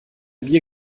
bier